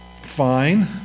fine